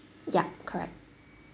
ya correct